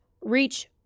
reach